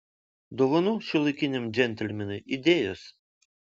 dovanų šiuolaikiniam džentelmenui idėjos